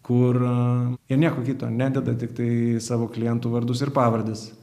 kur jie nieko kito nededa tiktai savo klientų vardus ir pavardes